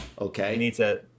okay